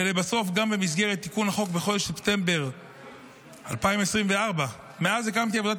ולבסוף גם במסגרת תיקון החוק בחודש ספטמבר 2024. מאז הקמתי עבודת